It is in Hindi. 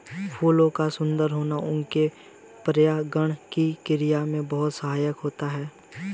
फूलों का सुंदर होना उनके परागण की क्रिया में बहुत सहायक होता है